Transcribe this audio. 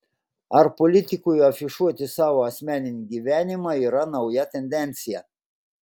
ar politikui afišuoti savo asmeninį gyvenimą yra nauja tendencija